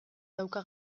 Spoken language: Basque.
dauka